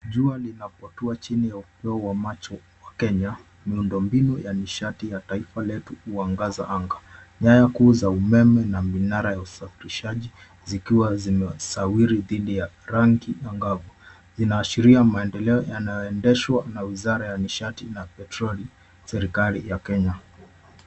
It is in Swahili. Jua linapotua chini ya upeo wa macho wa Kenya, miundo mbinu ya nishati ya taifa letu huangaza anga. Nyaya kuu za umeme na minara ya usafirishaji zikiwa zimesawiri dhidi ya rangi angavu, zinahashiria maendeleo yanayoendeshwa na wizara ya nishati na petroli, serikali ya Kenya.